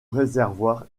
réservoir